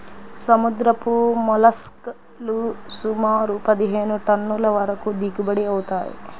సముద్రపు మోల్లస్క్ లు సుమారు పదిహేను టన్నుల వరకు దిగుబడి అవుతాయి